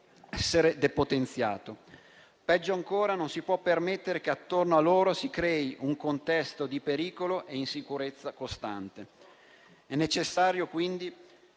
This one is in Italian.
essere depotenziato. Peggio ancora non si può permettere che attorno a loro si crei un contesto di pericolo e insicurezza costante. È necessario quindi